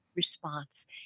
response